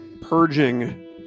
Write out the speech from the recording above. purging